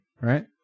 right